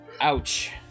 Ouch